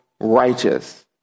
righteous